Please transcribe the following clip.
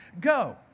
go